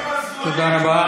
תודה רבה.